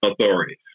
authorities